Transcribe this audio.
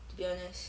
to be honest